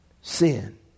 Sin